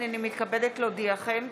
הינני מתכבדת להודיעכם,